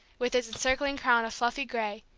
with its encircling crown of fluffy gray,